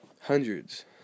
Hundreds